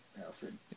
Alfred